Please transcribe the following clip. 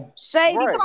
Shady